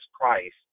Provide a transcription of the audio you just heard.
Christ